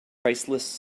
priceless